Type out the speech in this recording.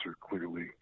clearly